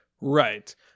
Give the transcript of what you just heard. Right